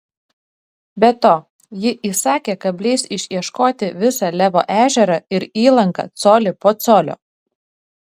be to ji įsakė kabliais išieškoti visą levo ežerą ir įlanką colį po colio